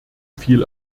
viel